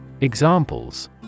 Examples